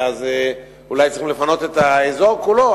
אולי צריך לפנות את האזור כולו,